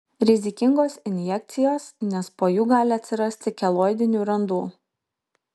rizikingos injekcijos nes po jų gali atsirasti keloidinių randų